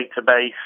database